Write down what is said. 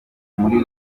muri